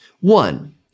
One